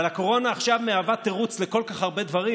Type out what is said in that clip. אבל הקורונה עכשיו מהווה תירוץ לכל כך הרבה דברים,